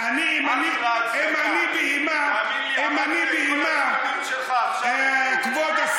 אם זו הכותרת, אתה יכול להגיד מה